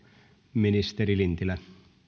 ministeri lintilä